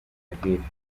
aviv